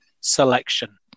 selection